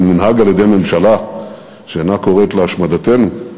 שמונהג על-ידי ממשלה שאינה קוראת להשמדתנו,